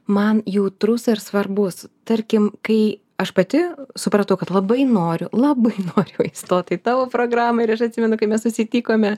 man jautrus ar svarbus tarkim kai aš pati supratau kad labai noriu labai noriu įstot į tavo programą ir aš atsimenu kai mes susitikome